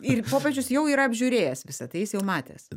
ir popiežius jau yra apžiūrėjęs visa tai jis jau matęs